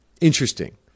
Interesting